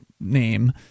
name